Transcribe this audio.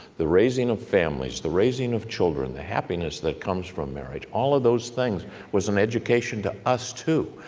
the raising of families, the raising of children, the happiness that comes from marriage, all of those things was an education to us, too.